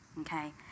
Okay